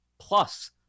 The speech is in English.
plus